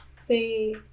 say